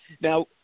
Now